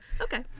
Okay